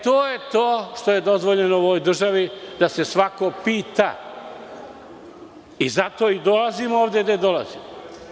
To je to što je dozvoljeno u ovoj državi, da se svako pita i zato i dolazimo ovde gde dolazimo.